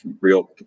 real